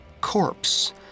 corpse